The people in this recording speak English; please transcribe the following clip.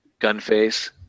Gunface